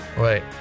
Wait